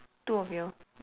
two of you all